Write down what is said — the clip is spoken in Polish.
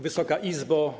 Wysoka Izbo!